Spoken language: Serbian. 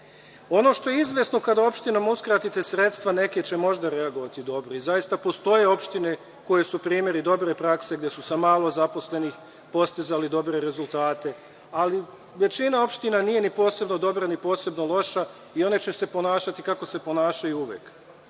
što je izvesno kada opštinama uskratite sredstva, neke će možda reagovati dobro i zaista postoje opštine koje su primeri dobre prakse, gde su sa malo zaposlenih postizali dobre rezultate, ali većina opština nije ni posebno dobra ni posebno loša, i one će se ponašati kako se ponašaju uvek.